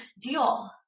deal